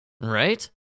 Right